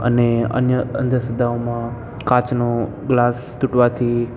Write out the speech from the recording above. અને અન્ય અંધશ્રદ્ધાઓમાં કાચનો ગ્લાસ તૂટવાથી